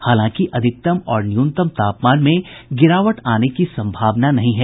हालांकि अधिकतम और न्यूनतम तापमान में गिरावट आने की सम्भावना नहीं है